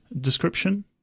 description